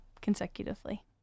consecutively